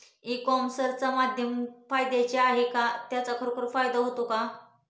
E commerce माध्यम फायद्याचे आहे का? त्याचा खरोखर फायदा होतो का?